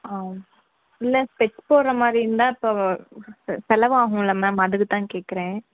ஆ இல்லை ஸ்பெக்ஸ் போடுறமாரி இருந்தால் இப்போ வ இப்போ செலவாகும்ல மேம் அதுக்குத்தான் கேட்குறேன்